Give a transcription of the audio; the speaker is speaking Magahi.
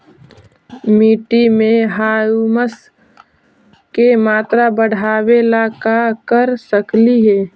मिट्टी में ह्यूमस के मात्रा बढ़ावे ला का कर सकली हे?